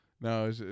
No